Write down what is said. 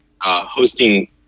hosting